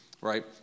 right